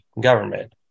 government